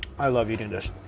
i love eating this,